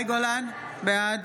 בעד